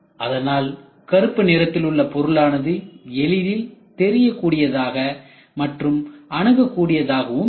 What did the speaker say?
அதனால் கருப்பு நிறத்தில் உள்ள பொருளானது எளிதில் தெரிய கூடியதாகவும் மற்றும் அணுக கூடியதாகவும் இருக்கும்